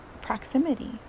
proximity